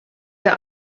der